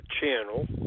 Channel